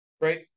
Right